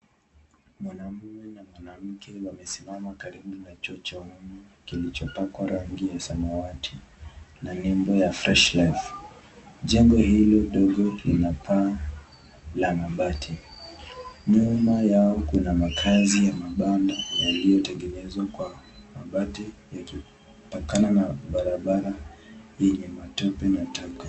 Mwanaume na mwanamke wamesimama karibu na choo cha wanaume kilichopakwa rangi ya samawati na nyembo ya fresh life jengo hilo ndogo lina paa la mabati nyuma yao kuna makazi ya mabanda yaliyotengenezwa na mabati ikipakana na barabara yenye matope na taka.